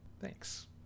thanks